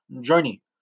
journey